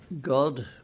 God